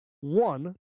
one